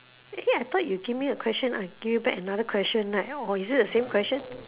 !hey! I thought you give me a question I give you back another question right or is it the same question